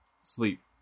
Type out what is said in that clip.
Sleep